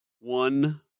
one